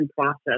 process